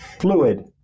fluid